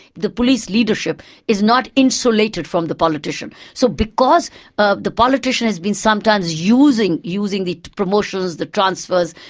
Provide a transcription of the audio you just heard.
the police leadership is not insulated from the politician, so because ah the politician has been sometimes using. using the promotions, the transfers,